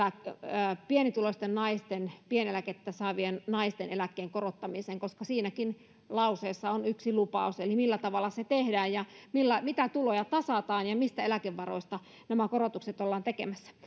pienituloisten naisten pieneläkettä saavien naisten eläkkeen korottamisen koska siinäkin lauseessa on yksi lupaus eli millä tavalla se tehdään ja mitä tuloja tasataan ja mistä eläkevaroista nämä korotukset ollaan tekemässä